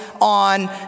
on